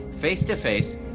face-to-face